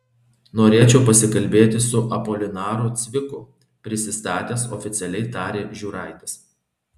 norėčiau pasikalbėti su apolinaru cviku prisistatęs oficialiai tarė žiūraitis